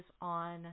on